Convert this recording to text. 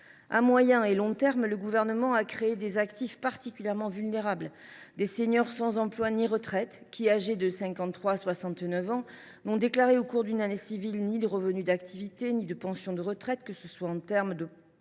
À moyen et long termes, le Gouvernement a créé des actifs particulièrement vulnérables, des seniors sans emploi ni retraite qui, âgés de 53 ans à 69 ans, n’ont déclaré au cours d’une année civile ni revenu d’activité ni pension de retraite, que ce soit en propre